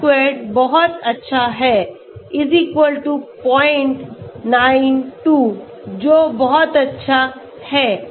R squared बहुत अच्छा है 092 जो बहुत अच्छा है